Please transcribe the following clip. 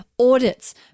audits